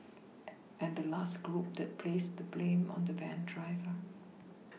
and the last group that placed the blame on the van driver